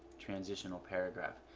transitional paragraph.